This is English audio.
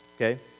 okay